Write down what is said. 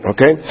Okay